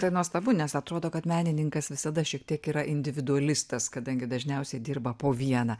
tai nuostabu nes atrodo kad menininkas visada šiek tiek yra individualistas kadangi dažniausiai dirba po vieną